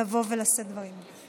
לבוא ולשאת דברים.